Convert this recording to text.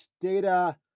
data